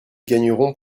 gagnerons